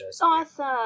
awesome